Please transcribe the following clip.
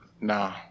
No